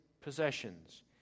possessions